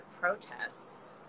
protests